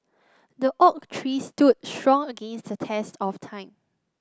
the oak tree stood strong against the test of time